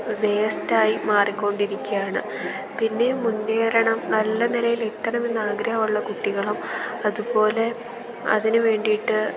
വേസ്റ്റായി മാറിക്കൊണ്ടിരിക്കുകയാണ് പിന്നേയും മുന്നേറണം നല്ല നിലയിൽ എത്തണമെന്ന് ആഗ്രഹമുള്ള കുട്ടികളും അതുപോലെ അതിന് വേണ്ടിയിട്ട്